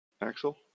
Axel